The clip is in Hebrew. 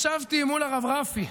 ישבתי מול הרב רפי,